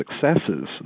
successes